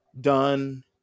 done